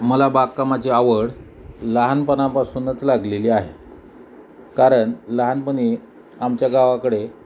मला बागकामाची आवड लहानपणापासूनच लागलेली आहे कारण लहानपणी आमच्या गावाकडे